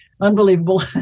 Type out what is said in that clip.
Unbelievable